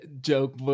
joke